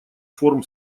форм